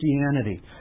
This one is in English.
Christianity